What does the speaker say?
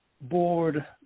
Board